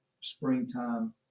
springtime